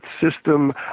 system